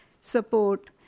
support